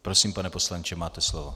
Prosím, pane poslanče, máte slovo.